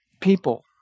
people